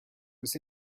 was